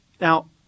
Now